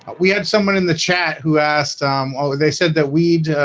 we had someone in the chat? who asked well, they said that weed